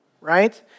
right